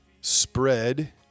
Spread